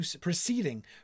proceeding